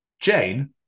Jane